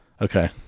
Okay